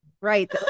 Right